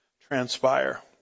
transpire